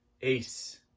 ace